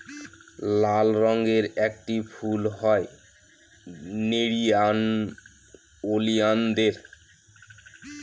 লাল রঙের একটি ফুল হয় নেরিয়াম ওলিয়ানদের